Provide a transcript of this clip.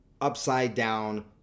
upside-down